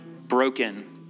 broken